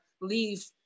leave